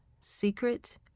Secret